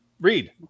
Read